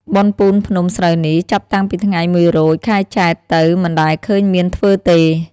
បុណ្យពូនភ្នំ ស្រូវនេះ ចាប់តាំងពីថ្ងៃ ១ រោច ខែចែត្រទៅ មិនដែលឃើញមានធ្វើទេ ។